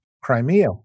Crimea